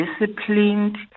disciplined